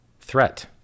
threat